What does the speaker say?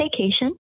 vacation